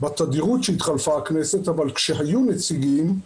בתדירות שהתחלפה הכנסת, אבל כשהיו נציגים,